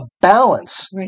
balance